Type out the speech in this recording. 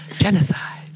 genocide